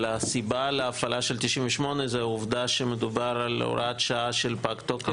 אבל הסיבה להפעלה של 98 זאת העובדה שמדובר על הוראת שעה שפג תוקפה.